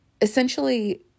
essentially